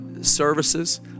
services